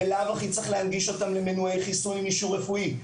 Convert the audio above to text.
בלאו הכי צריך להנגיש אותם למנועי חיסון עם אישור רפואי.